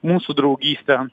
mūsų draugystę